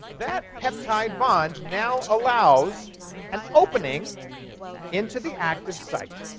that peptide bond now allows an opening into the active site.